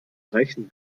reichen